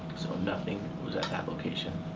so nothing was at that location.